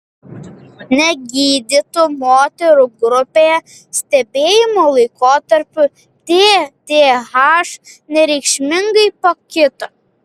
negydytų moterų grupėje stebėjimo laikotarpiu tth nereikšmingai pakito